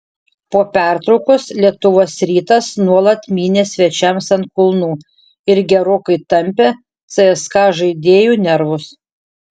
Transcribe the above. po pertraukos lietuvos rytas nuolat mynė svečiams ant kulnų ir gerokai tampė cska žaidėjų nervus